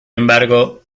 embargo